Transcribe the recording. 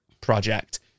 project